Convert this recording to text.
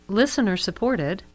listener-supported